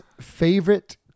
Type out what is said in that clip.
favorite